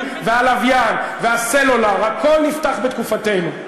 הכבלים, הלוויין, הסלולר הכול נפתח בתקופתנו.